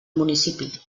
municipi